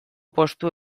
postu